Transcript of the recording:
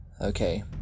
okay